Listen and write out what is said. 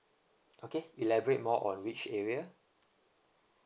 okay elaborate more on which area